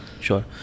Sure